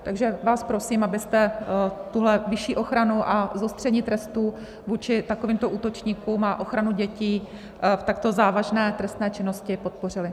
Takže vás prosím, abyste tuhle vyšší ochranu a zostření trestu vůči takovýmto útočníkům a ochranu dětí v takto závažné trestné činnosti podpořili.